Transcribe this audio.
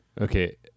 Okay